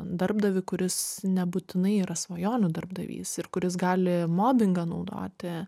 darbdavį kuris nebūtinai yra svajonių darbdavys ir kuris gali mobingą naudoti